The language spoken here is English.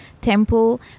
temple